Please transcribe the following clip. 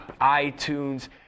iTunes